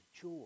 joy